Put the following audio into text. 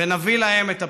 ונביא להם את הפתרונות.